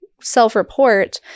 self-report